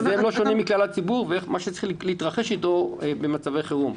בזה הם לא שונים מכלל הציבור ומה שצריך להתרחש איתו במצבי חירום.